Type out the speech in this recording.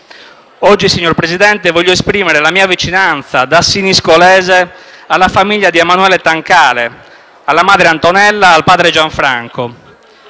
Oggi, signor Presidente, voglio esprimere la mia vicinanza, da siniscolese, alla famiglia di Emanuele Tancale, alla madre Antonella, al padre Gianfranco;